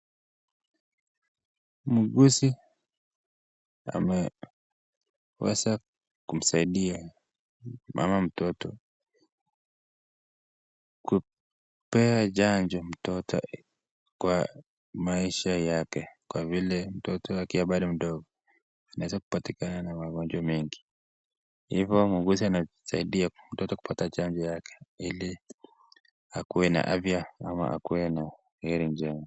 Muuguzi ameweza kumsaidia mama mtoto kupea chanjo mtoto kwa maisha yake kwa vile mtoto akiwa bado mdogo anaweza kupatikana na magonjwa mengi. Hivyo muuguzi anamsaidia mtoto kupata chanjo yake ili akuwe na afya ama akuwe na heri njema.